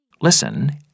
Listen